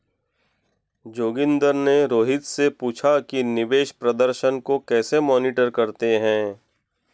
जोगिंदर ने रोहित से पूछा कि निवेश प्रदर्शन को कैसे मॉनिटर करते हैं?